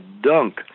dunk